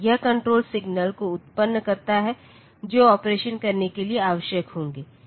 यह control signal को उत्पन्न करता है जो ऑपरेशन करने के लिए आवश्यक होंगे